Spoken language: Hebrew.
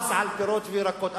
מס על פירות וירקות,